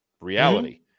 reality